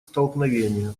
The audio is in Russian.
столкновения